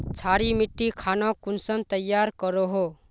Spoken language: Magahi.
क्षारी मिट्टी खानोक कुंसम तैयार करोहो?